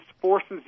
forces